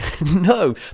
No